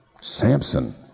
Samson